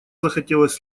захотелось